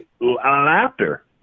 laughter